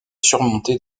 surmontée